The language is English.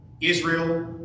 Israel